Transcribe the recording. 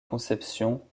conception